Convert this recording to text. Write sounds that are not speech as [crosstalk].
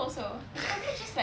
[noise]